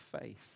faith